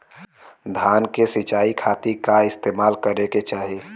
धान के सिंचाई खाती का इस्तेमाल करे के चाही?